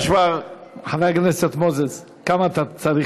יש כבר, סליחה, חבר הכנסת מוזס, כמה זמן